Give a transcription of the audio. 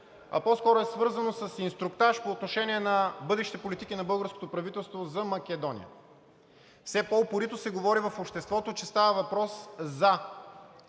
а по-скоро е свързано с инструктаж по отношение на бъдещи политики на българското правителство за Македония. Все по-упорито се говори в обществото, че става въпрос за